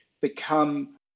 become